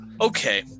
okay